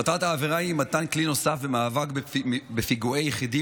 מטרת העבירה היא מתן כלי נוסף במאבק בפיגועי יחידים,